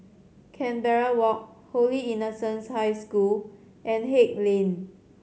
Canberra Walk Holy Innocents High School and Haig Lane